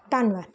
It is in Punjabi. ਧੰਨਵਾਦ